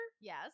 Yes